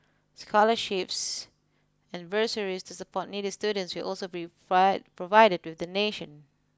scholarships and bursaries to support needy students will also be provided with donation